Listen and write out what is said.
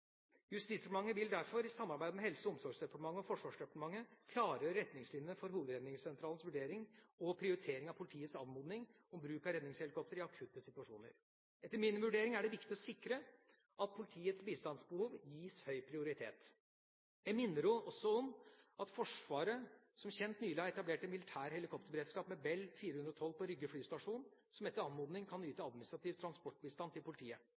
Justisdepartementet vil derfor, i samarbeid med Helse- og omsorgsdepartementet og Forsvarsdepartementet, klargjøre retningslinjene for hovedredningssentralens vurdering og prioritering av politiets anmodning om bruk av redningshelikoptre i akutte situasjoner. Etter min vurdering er det viktig å sikre at politiets bistandsbehov gis høy prioritet. Jeg minner også om at Forsvaret, som kjent, nylig har etablert en militær helikopterberedskap med Bell 412 på Rygge flystasjon, som etter anmodning kan yte administrativ transportbistand til politiet.